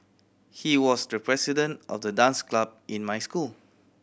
he was the president of the dance club in my school